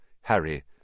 Harry